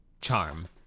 Charm